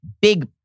big